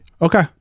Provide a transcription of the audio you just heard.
Okay